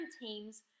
teams